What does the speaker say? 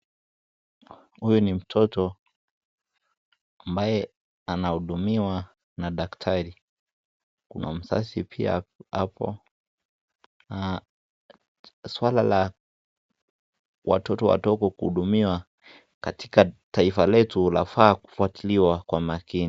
Huyu ni mtoto ambaye anahudumiwa na daktari kuna mzazi pia hapo. Swala la watoto wadogo kuhudumiwa katika taifa letu yafaa kufuatiliwa kwa makini.